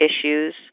issues